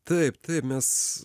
taip taip mes